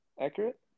accurate